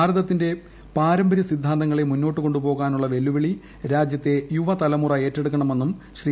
ഭാരതത്തിന്റെ പാരമ്പര്യ സിദ്ധാന്തങ്ങളെ മുന്നോട്ടു കൊണ്ടു പോകാനുള്ള വെല്ലുവിളി രാജൃത്തെ യുവതലമുറ ഏറ്റെടുക്കണമെന്നും ശ്രീ